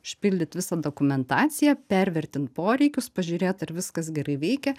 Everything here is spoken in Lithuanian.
užpildyt visą dokumentaciją pervertint poreikius pažiūrėt ar viskas gerai veikia